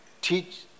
Teach